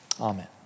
amen